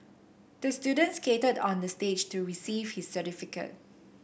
the student skated on the stage to receive his certificate